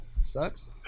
sucks